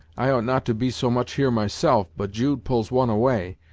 i ought not to be so much here myself, but jude pulls one way,